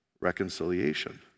reconciliation